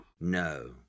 No